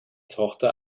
tochter